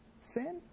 sin